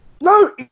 No